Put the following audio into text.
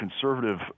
conservative